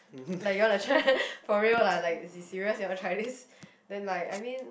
like you wanna try for real lah like is this serious you wanna try this then like I mean